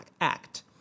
Act